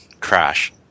crash